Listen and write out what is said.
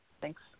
Thanks